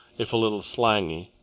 if a little slangy,